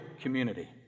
community